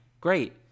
Great